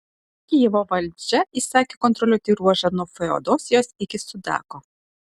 kijevo valdžia įsakė kontroliuoti ruožą nuo feodosijos iki sudako